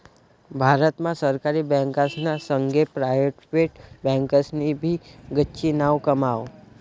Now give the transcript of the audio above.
भारत मा सरकारी बँकासना संगे प्रायव्हेट बँकासनी भी गच्ची नाव कमाव